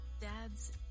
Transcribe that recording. Dads